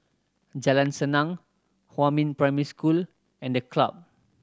Jalan Senang Huamin Primary School and The Club